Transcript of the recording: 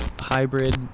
hybrid